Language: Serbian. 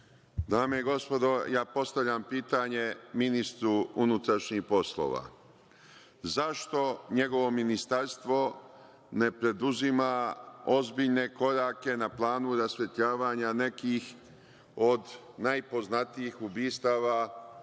Dame i gospodo, postavljam pitanje ministru unutrašnjih poslova. Zašto njegovo Ministarstvo ne preduzima ozbiljne korake na planu rasvetljavanja nekih od najpoznatijih ubistava